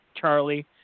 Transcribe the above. Charlie